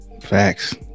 Facts